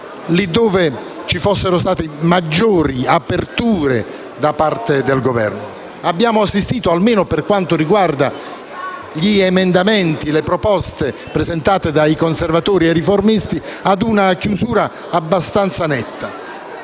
laddove ci fossero state maggiori aperture da parte del Governo. Abbiamo assistito, almeno per quanto riguarda le proposte presentate dai Conservatori e Riformisti, ad una chiusura abbastanza netta.